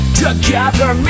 together